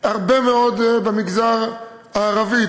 וזה הרבה מאוד, במגזר הערבי.